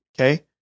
Okay